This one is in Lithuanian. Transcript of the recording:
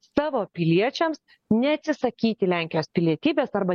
savo piliečiams neatsisakyti lenkijos pilietybės arba